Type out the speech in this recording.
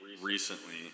recently